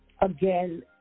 again